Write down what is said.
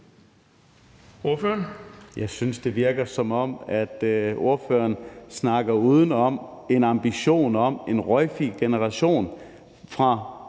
Jeg synes, det virker, som om ordføreren snakker udenom. Det er en ambition om en røgfri generation fra